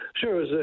Sure